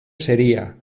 sería